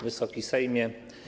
Wysoki Sejmie!